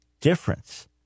difference